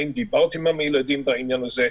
האם דיברתם עם הילדים בעניין הזה,